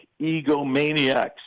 egomaniacs